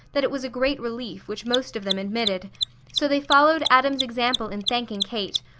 that it was a great relief, which most of them admitted so they followed adam's example in thanking kate,